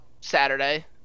Saturday